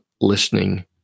listening